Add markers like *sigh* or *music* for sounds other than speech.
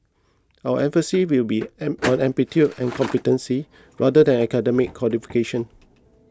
our emphasis will be an *noise* aptitude and competency rather than academic qualifications